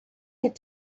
had